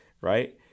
right